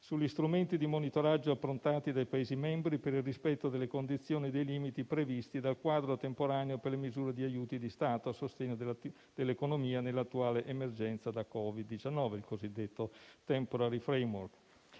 sugli strumenti di monitoraggio approntati dai Paesi membri per il rispetto delle condizioni e dei limiti previsti dal quadro temporaneo per le misure di aiuti di Stato a sostegno dell'economia nell'attuale emergenza da Covid-19, il cosiddetto *temporary framework*.